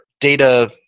data